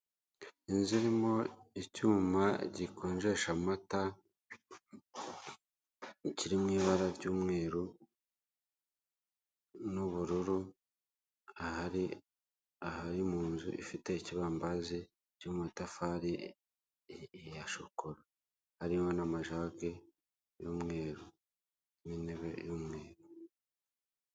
Inzu irimo ivyuma gikonjesha amata kiri mu ibara ry'umweru n'ubururu, aha ni mu nzu ifite ikibambasi cy'amatafari, ya shokora hariho n'amajaje y'umweru, n'intebe y'umweru.